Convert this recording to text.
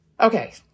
Okay